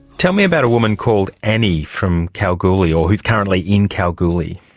tell me about a woman called annie from kalgoorlie or who is currently in kalgoorlie.